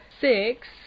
six